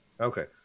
Okay